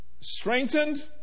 strengthened